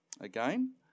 again